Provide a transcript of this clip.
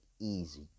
easy